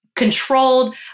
Controlled